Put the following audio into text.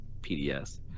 PDS